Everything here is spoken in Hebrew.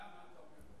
למה אתה אומר כך?